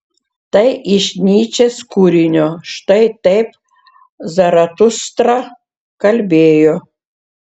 tai iš nyčės kūrinio štai taip zaratustra kalbėjo